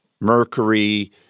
Mercury